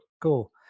Cool